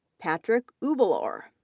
patrick ubelhor,